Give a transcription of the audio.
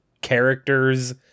characters